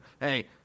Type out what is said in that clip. Hey